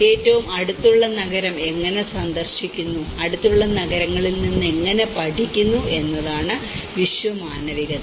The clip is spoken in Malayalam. ഏറ്റവും അടുത്തുള്ള നഗരം എങ്ങനെ സന്ദർശിക്കുന്നു അടുത്തുള്ള നഗരങ്ങളിൽ നിന്ന് നിങ്ങൾ എങ്ങനെ പഠിക്കുന്നു എന്നതാണ് വിശ്വമാനവികത